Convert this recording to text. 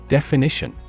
Definition